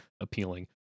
appealing